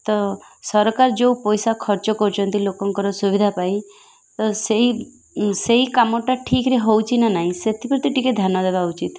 ତ ସରକାର ଯେଉଁ ପଇସା ଖର୍ଚ୍ଚ କରୁଛନ୍ତି ଲୋକଙ୍କର ସୁବିଧା ପାଇଁ ତ ସେଇ ସେଇ କାମଟା ଠିକ୍ରେ ହେଉଛି ନା ନାଇଁ ସେଥିପ୍ରତି ଟିକେ ଧ୍ୟାନ ଦେବା ଉଚିତ୍